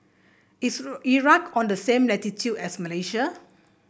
is Iraq on the same latitude as Malaysia